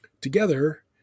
Together